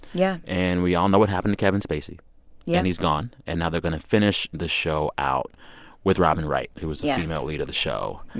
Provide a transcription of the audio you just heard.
yeah and we all know what happened to kevin spacey yeah he's gone. and now they're going to finish the show out with robin wright, who was the female lead of the show.